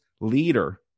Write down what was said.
leader